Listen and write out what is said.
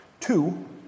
Two